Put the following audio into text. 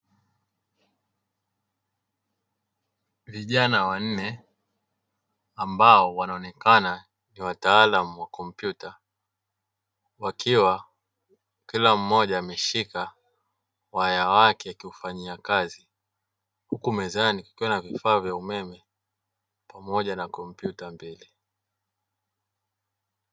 Vijana wanne ambao wanaonekana ni wataalamu wa kompyuta wayawake kumfanyia kazi huku mezani kukiwa na vifaa vya umeme pamoja na kompyuta mbili.